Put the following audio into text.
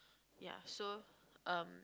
ya so uh